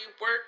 work